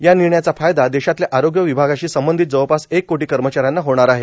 या निर्णयाचा फायदा देशातल्या आरोग्य विभागाशी संबंधित जवळपास एक कोटी कर्मचाऱ्याना होणार आहे